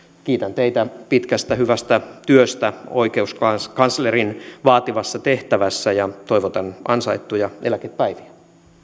kiitän teitä pitkästä hyvästä työstä oikeuskanslerin vaativassa tehtävässä ja toivotan ansaittuja eläkepäiviä